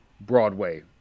broadway